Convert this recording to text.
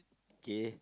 okay